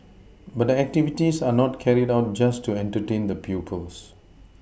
but the activities are not carried out just to entertain the pupils